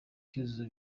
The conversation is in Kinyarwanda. cyuzuzo